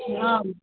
हॅं